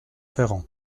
ferrand